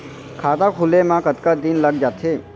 खाता खुले में कतका दिन लग जथे?